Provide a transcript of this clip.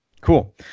cool